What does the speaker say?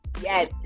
Yes